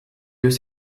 deux